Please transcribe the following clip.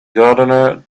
gardener